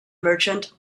merchant